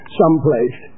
someplace